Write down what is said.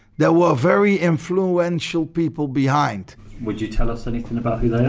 there were very influential people behind would you tell us anything about who they are?